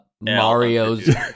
mario's